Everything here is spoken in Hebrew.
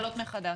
שלום התקנות?